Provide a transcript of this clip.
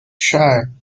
shire